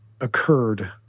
occurred